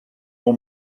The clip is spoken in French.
ton